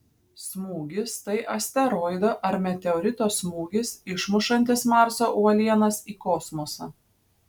smūgis tai asteroido ar meteorito smūgis išmušantis marso uolienas į kosmosą